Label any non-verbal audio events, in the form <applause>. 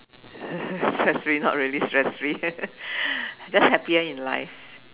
<laughs> stress free not really stress free <laughs> just happier in life